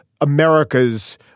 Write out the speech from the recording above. America's